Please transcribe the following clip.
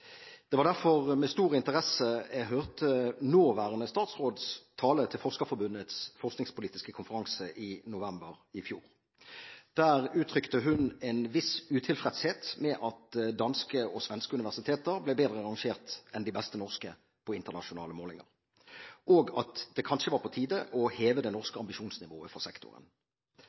Det var derfor med stor interesse jeg hørte nåværende statsråds tale til Forskerforbundets forskningspolitiske konferanse i november i fjor. Der uttrykte hun en viss utilfredshet med at danske og svenske universiteter ble bedre rangert enn de beste norske på internasjonale målinger, og at det kanskje var på tide å heve det norske ambisjonsnivået for sektoren.